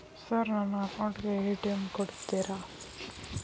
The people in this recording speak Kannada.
ಸರ್ ನನ್ನ ಅಕೌಂಟ್ ಗೆ ಎ.ಟಿ.ಎಂ ಕೊಡುತ್ತೇರಾ?